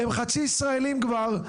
הם חצי ישראלים כבר,